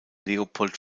leopold